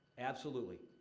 absolutely.